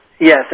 Yes